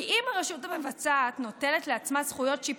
כי אם הרשות המבצעת נוטלת לעצמה זכויות שיפוט,